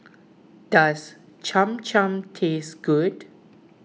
does Cham Cham taste good